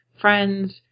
friends